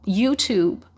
YouTube